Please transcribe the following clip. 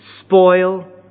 spoil